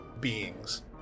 beings